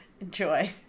enjoy